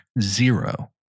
zero